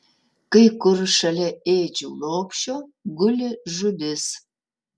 kai kur šalia ėdžių lopšio guli žuvis